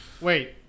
wait